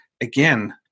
again